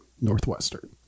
Northwestern